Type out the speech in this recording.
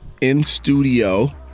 in-studio